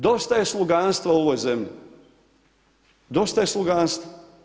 Dosta je sluganstva u ovoj zemlji, dosta je sluganstva.